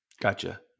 Gotcha